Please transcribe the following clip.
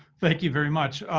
thank you very much.